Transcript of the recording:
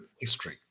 history